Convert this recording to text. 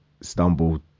stumbled